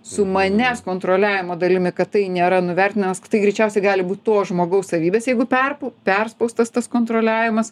su manęs kontroliavimo dalimi kad tai nėra nuvertinamas kad tai greičiausiai gali būt to žmogaus savybės jeigu perpu perspaustas tas kontroliavimas